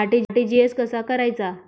RTGS कसा करायचा?